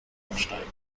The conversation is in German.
ansteigen